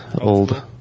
old